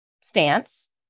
stance